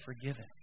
forgiven